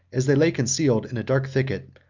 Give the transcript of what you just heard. as they lay concealed in a dark thicket,